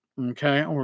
okay